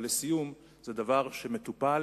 אבל לסיום, זה דבר שמטופל